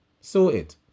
Sorted